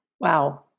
Wow